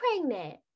pregnant